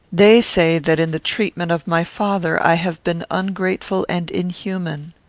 they say that in the treatment of my father i have been ungrateful and inhuman.